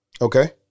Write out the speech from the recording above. Okay